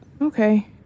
Okay